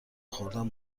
خوردن